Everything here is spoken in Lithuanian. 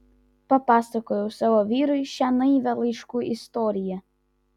papasakojau savo vyrui šią naivią laiškų istoriją